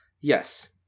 Yes